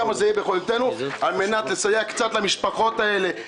עד כמה שביכולתנו על מנת לסייע קצת למשפחות האלה,